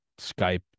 Skype